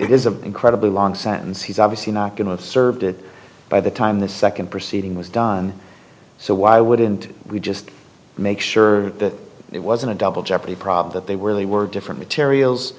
an incredibly long sentence he's obviously not going to have served it by the time the second proceeding was done so why wouldn't we just make sure that it wasn't a double jeopardy problem that they were really were different materials